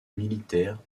militaire